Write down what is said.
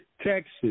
Texas